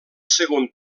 segon